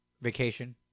Vacation